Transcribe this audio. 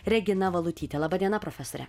regina valutytė laba diena profesore